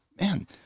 man